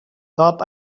thought